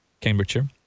Cambridgeshire